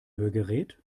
hörgerät